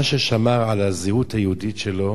מה ששמר על הזהות היהודית שלו